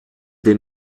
des